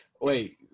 Wait